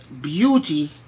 beauty